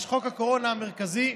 יש חוק הקורונה המרכזי,